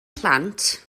plant